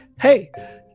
hey